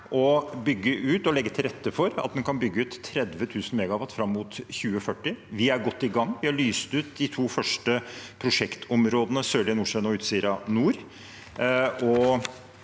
og legge til rette for at en kan bygge ut 30 000 MW fram mot 2040. Vi er godt i gang. Vi har lyst ut de to første prosjektområdene, Sørlige Nordsjø og Utsira Nord.